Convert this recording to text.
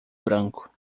branco